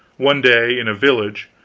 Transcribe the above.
one day, in a village,